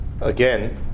Again